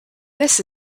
this